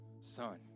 son